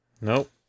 Nope